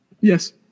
Yes